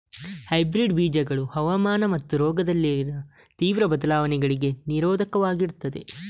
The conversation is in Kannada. ಹೈಬ್ರಿಡ್ ಬೀಜಗಳು ಹವಾಮಾನ ಮತ್ತು ರೋಗದಲ್ಲಿನ ತೀವ್ರ ಬದಲಾವಣೆಗಳಿಗೆ ನಿರೋಧಕವಾಗಿರ್ತದೆ